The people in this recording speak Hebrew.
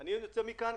מי ילמד היום,